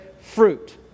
fruit